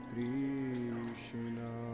Krishna